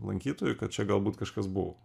lankytojui kad čia galbūt kažkas buvo